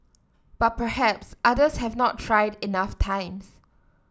but perhaps others have not tried enough times